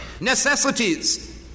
Necessities